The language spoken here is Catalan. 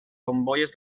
bombolles